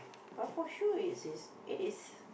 but for sure it's is it is